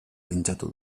pentsatu